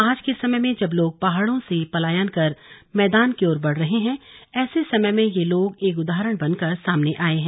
आज के समय में जब लोग पहाड़ों से पलायन कर मैदान की ओर बढ़ रहे हैं ऐसे समय में ये लोग एक उदहारण बनकर सामने आये हैं